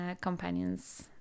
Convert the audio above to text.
companions